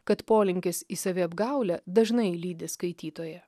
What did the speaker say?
kad polinkis į saviapgaulę dažnai lydi skaitytoją